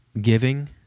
giving